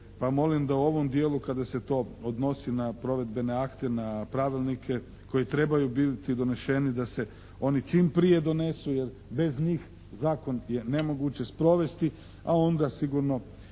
molim da u ovom dijelu kada se to odnosi na provedbene akte, na pravilnike koji trebaju biti doneseni da se oni čim prije donesu jer bez njih zakon je nemoguće sprovesti a onda sigurno